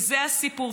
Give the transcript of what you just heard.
וזה הסיפור.